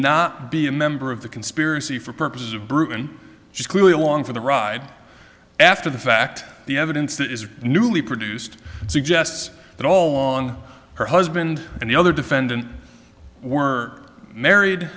not be a member of the conspiracy for purposes of brewing she clearly along for the ride after the fact the evidence that is newly produced suggests that all along her husband and the other defendant were married